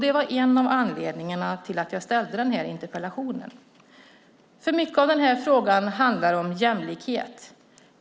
Det är en av anledningarna till att jag ställde interpellationen. Frågan handlar mycket om jämlikhet.